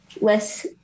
less